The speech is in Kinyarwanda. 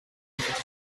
ufite